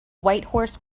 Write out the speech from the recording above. whitehorse